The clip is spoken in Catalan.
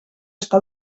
està